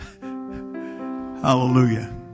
Hallelujah